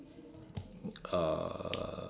uh